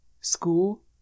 school